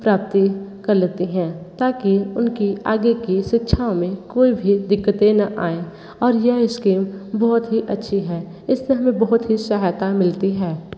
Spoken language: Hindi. प्राप्ति कर लेती हैं ताकि उनकी आगे की शिक्षाओं में कोई भी दिक्कतें ना आएँ और यह इस्किम बहुत ही अच्छी है इससे हमें बहुत ही सहायता मिलती है